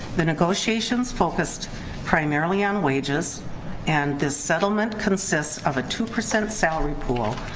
the negotiations focused primarily on wages and this settlement consists of a two percent salary pool,